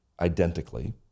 identically